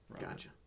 Gotcha